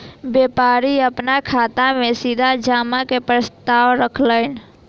व्यापारी अपन खाता में सीधा जमा के प्रस्ताव रखलैन